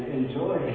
enjoy